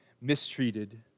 mistreated